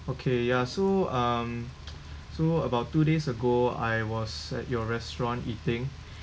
okay ya so um so about two days ago I was at your restaurant eating